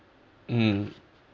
mm